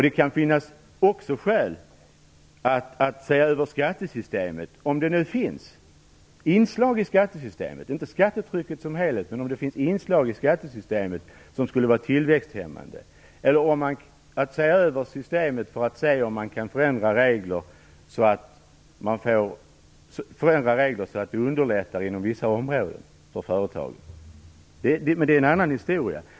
Det kan också finnas skäl att se över skattesystemet för att se om det inom skattesystemet - det gäller alltså inte skattetrycket i sig - finns inslag som kan vara tillväxthämmande eller för att se om det går att genomföra förändringar av regler för att underlätta situationen för företagen på vissa områden. Men det är en annan historia.